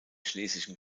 schlesischen